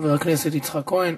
חבר הכנסת יצחק כהן.